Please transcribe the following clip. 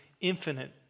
infinite